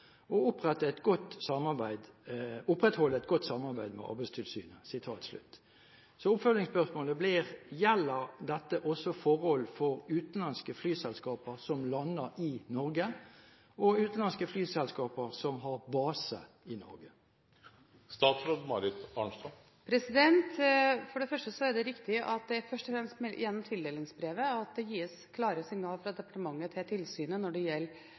opprettholde godt samarbeid med Arbeidstilsynet.» Oppfølgingsspørsmålet blir: Gjelder dette også forhold i utenlandske flyselskaper som lander i Norge, og i utenlandske flyselskaper som har base i Norge? Det er riktig at det først og fremst er gjennom tildelingsbrevet at det gis klare signaler fra departementet til tilsynet når det